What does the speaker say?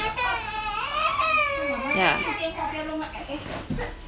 yeah